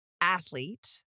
athlete